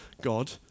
God